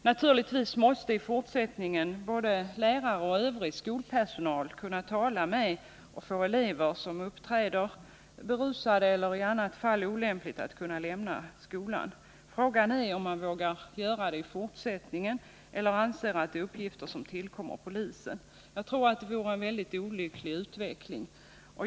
Naturligtvis måste i fortsättningen både lärare och övrig skolpersonal kunna tala med elever som uppträder berusade eller i övrigt olämpligt och kunna förmå dem att lämna skolan. Frågan är om man vågar göra det i fortsättningen, eller om man anser att detta är uppgifter som tillkommer polisen. Det senare tror jag skulle vara en väldigt olycklig utveckling.